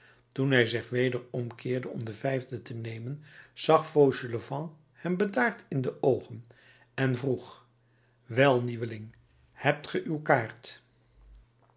toen hij zich weder omkeerde om den vijfden te nemen zag fauchelevent hem bedaard in de oogen en vroeg wel nieuweling hebt ge uw kaart